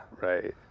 Right